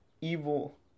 evil